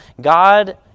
God